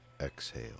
exhale